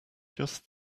just